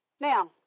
Now